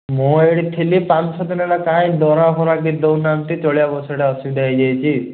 ମୁଁ ଏଇଠି ଥିଲି ପାଞ୍ଚ ଛଅ ଦିନ ହେଲା କାହିଁ ଦରମା ଫରମା କିଛି ଦେଉନାହାନ୍ତି ଚଳିବାକୁ ସେଟା ଅସୁବିଧା ହେଇଯାଇଛି